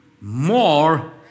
more